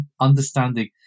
understanding